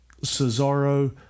Cesaro